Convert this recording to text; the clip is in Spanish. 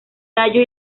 tallo